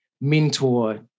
mentor